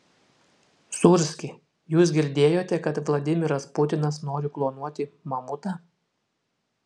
sūrski jūs girdėjote kad vladimiras putinas nori klonuoti mamutą